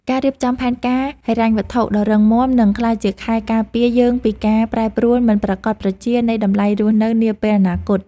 ការរៀបចំផែនការហិរញ្ញវត្ថុដ៏រឹងមាំនឹងក្លាយជាខែលការពារយើងពីការប្រែប្រួលមិនប្រាកដប្រជានៃតម្លៃរស់នៅនាពេលអនាគត។